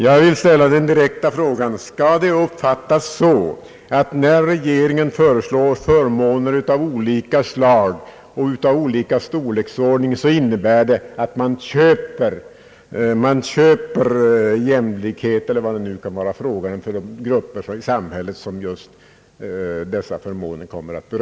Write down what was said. | Jag vill ställa den direkta frågan: Skall det uppfattas så att när regeringen föreslår förmåner av olika slag och olika storleksordning innebär detta att man köper jämlikhet, eller vad det nu kan vara fråga om, för de grupper i samhället som just dessa förmåner avser?